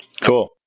Cool